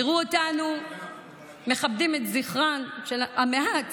יראו אותנו מכבדים את זכרן המועט